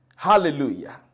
Hallelujah